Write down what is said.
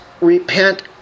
repent